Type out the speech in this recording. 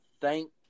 Thank